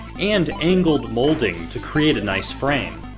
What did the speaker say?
and angled moulding to create a nice frame.